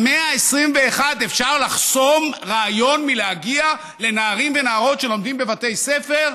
במאה ה-21 אפשר לחסום רעיון מלהגיע לנערים ונערות שלומדים בבתי ספר?